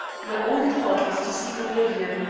my only thought was to seek oblivion,